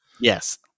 Yes